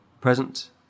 present